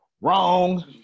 Wrong